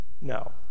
No